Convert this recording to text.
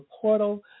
portal